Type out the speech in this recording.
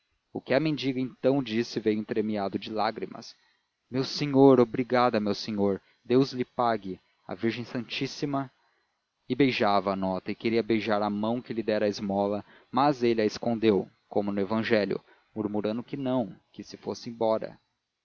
o que a mendiga então disse veio entremeado de lágrimas meu senhor obrigada meu senhor deus lhe pague a virgem santíssima e beijava a nota e queria beijar a mão que lhe dera a esmola mas ele a escondeu como no evangelho murmurando que não que se fosse embora